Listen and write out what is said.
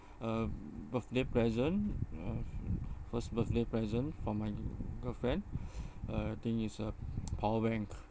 a birthday present uh first birthday present from my girlfriend uh I think is a power bank